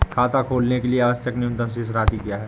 खाता खोलने के लिए आवश्यक न्यूनतम शेष राशि क्या है?